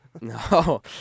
No